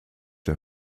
der